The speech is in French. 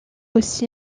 aussi